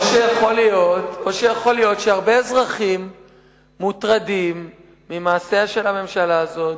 או שיכול להיות שהרבה אזרחים מוטרדים ממעשיה של הממשלה הזאת,